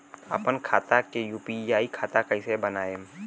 आपन खाता के यू.पी.आई खाता कईसे बनाएम?